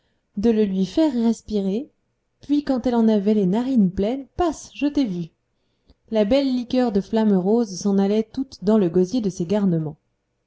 de le lui faire respirer puis quand elle en avait les narines pleines passe je t'ai vu la belle liqueur de flamme rose s'en allait toute dans le gosier de ces garnements